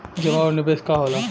जमा और निवेश का होला?